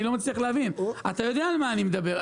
אני לא מצליח להבין, ואתה יודע על מה אני מדבר.